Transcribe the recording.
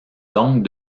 donc